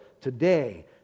today